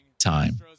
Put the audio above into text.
time